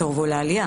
סורבו לעלייה.